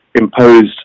imposed